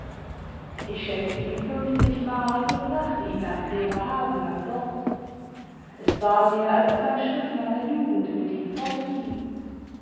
ich schenkte ihm fünfzig mailc und brachte ihn nach bremerhaven an botd es war mir als ob ein stück meiner jugend mit ihm fortging